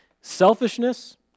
Selfishness